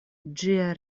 ĝia